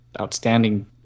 outstanding